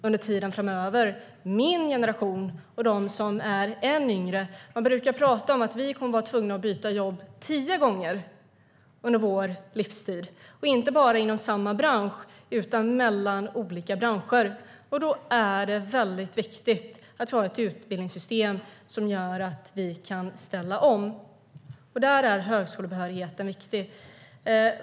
Man brukar prata om att min generation och de som är ännu yngre kommer att vara tvungna att byta jobb tio gånger under livstiden, och inte bara inom samma bransch utan mellan olika branscher. Då är det väldigt viktigt att ha ett utbildningssystem som gör att vi kan ställa om, och där är högskolebehörigheten viktig.